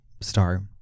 star